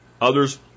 others